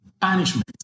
punishment